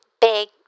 big